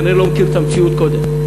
כנראה לא מכיר את המציאות קודם,